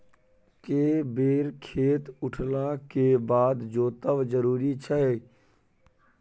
के बेर खेत उठला के बाद जोतब जरूरी छै?